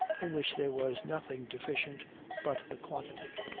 in which there was nothing deficient but the quantity.